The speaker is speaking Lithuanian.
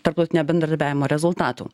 tarptautinio bendradarbiavimo rezultatų